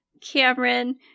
Cameron